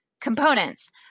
components